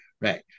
Right